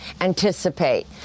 anticipate